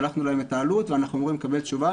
שלחנו להם את העלות ואנחנו אמורים לקבל תשובה,